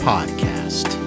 Podcast